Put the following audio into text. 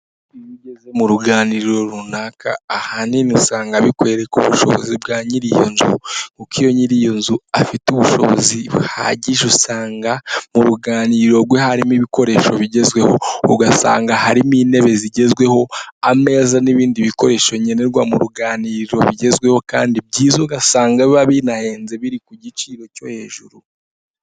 Iyo ugeze mu ruganiriro runaka, ahanini usanga bikwereka ubushobozi bwa nyir'iyo nzu, kuko iyo nyir'iyo nzu afite ubushobozi buhagije usanga, mu ruganiriro rwe harimo ibikoresho bigezweho, ugasanga harimo intebe zigezweho, ameza n'ibindi bikoresho nkenerwa mu ruganiriro bigezweho kandi byiza, ugasanga biba binahenze biri ku giciro cyo hejuru.